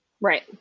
Right